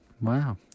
Wow